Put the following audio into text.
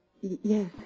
Yes